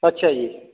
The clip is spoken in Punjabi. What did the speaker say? ਅੱਛਿਆ ਜੀ